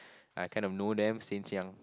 I kind of know them since young